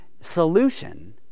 solution